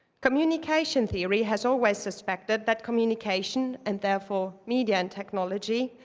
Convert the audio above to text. communication theory has always suspected that communication, and therefore media and technology,